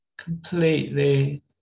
Completely